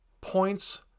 points